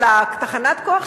אבל תחנת הכוח,